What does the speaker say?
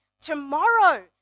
tomorrow